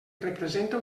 representa